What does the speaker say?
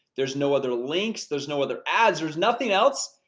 there's no other links, there's no other ads, there's nothing else,